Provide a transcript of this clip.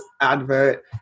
advert